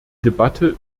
debatte